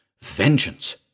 Vengeance